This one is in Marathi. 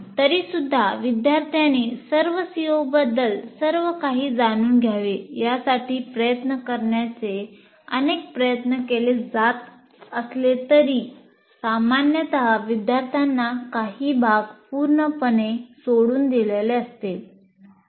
तरीसुद्धा विद्यार्थ्यांनी सर्व COबद्दल सर्व काही जाणून घ्यावे यासाठी प्रयत्न करण्याचे अनेक प्रयत्न केले जात असले तरी सामान्यत विद्यार्थ्यांना काही भाग पूर्णपणे सोडून दिलेले असते